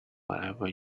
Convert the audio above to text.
whatever